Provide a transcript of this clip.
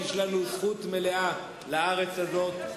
יש לנו זכות מלאה לארץ הזאת,